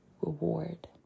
reward